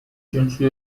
جنسی